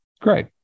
great